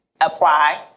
apply